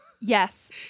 yes